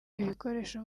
ibikoresho